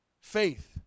Faith